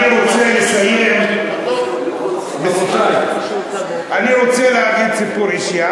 אני רוצה לסיים, ואני רוצה לספר סיפור אישי.